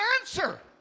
answer